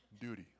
duty